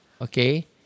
okay